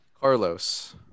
Carlos